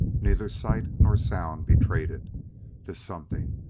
neither sight nor sound betrayed it this something,